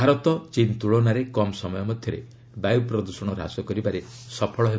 ଭାରତ ଚୀନ୍ ତୁଳନାରେ କମ୍ ସମୟ ଭିତରେ ବାୟୁ ପ୍ରଦୂଷଣ ହ୍ରାସ କରିବାରେ ସଫଳ ହେବ